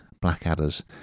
blackadder's